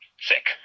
Sick